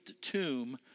tomb